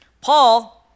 Paul